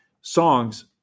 songs